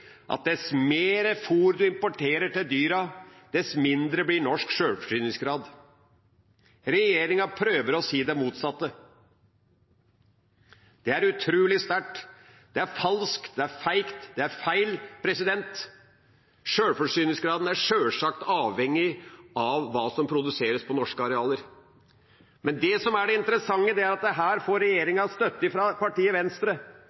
at dess mer fôr en importerer til dyra, dess mindre blir norsk sjølforsyningsgrad. Regjeringa prøver å si det motsatte. Det er utrolig sterkt. Det er falskt, det er feigt, det er feil. Sjølforsyningsgraden er sjølsagt avhengig av hva som produseres på norske arealer. Men det som er det interessante, er at her får regjeringa støtte fra partiet Venstre,